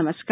नमस्कार